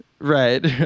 Right